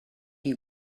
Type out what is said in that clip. you